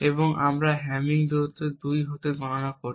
এবং আমরা হ্যামিং দূরত্ব 2 হতে গণনা করি